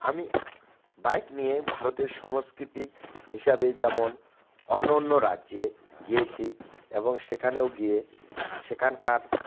আমি বাইক নিয়ে ভারতের সংস্কৃতি হিসাবে যেমন অন্য অন্য রাজ্যে গিয়েছি এবং সেখানেও গিয়ে সেখানকার